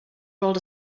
world